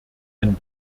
eine